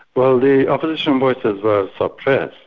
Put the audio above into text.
well the opposition voices were suppressed.